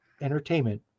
entertainment